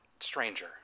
Stranger